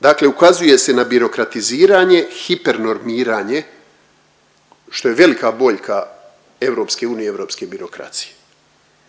dakle ukazuje se na birokratiziranje, hipernormiranje, što je velika boljka EU i europske birokracije.